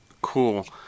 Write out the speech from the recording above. Cool